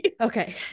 Okay